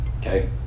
okay